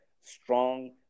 strong